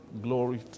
Glory